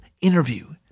interview